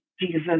jesus